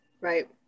Right